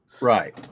Right